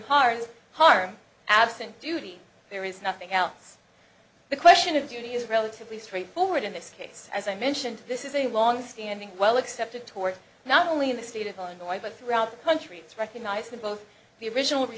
of harm absent duty there is nothing else the question of duty is relatively straightforward in this case as i mentioned this is a longstanding well accepted tort not only in the state of illinois but throughout the country it's recognized in both the original re